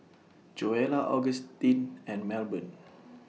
Joella Augustin and Melbourne